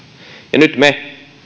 nyt me